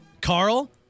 Carl